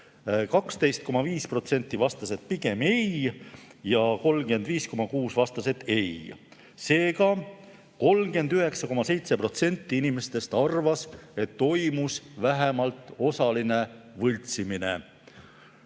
12,5% vastas, et pigem ei, ja 35,6% vastas, et ei. Seega, 39,7% inimestest arvas, et toimus vähemalt osaline võltsimine.